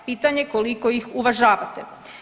Pitanje koliko ih uvažavate.